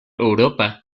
europa